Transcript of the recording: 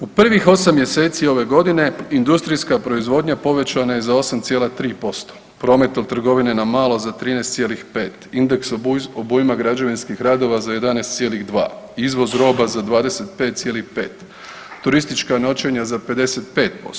U prvih 8 mjeseci ove godine industrijska proizvodnja povećana je za 8,3%, promet trgovine na malo za 13,5, indeks obujma građevinskih radova za 11,2, izvoz roba za 25,5, turistička noćenja za 55%